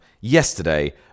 yesterday